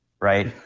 right